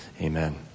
Amen